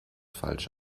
falsch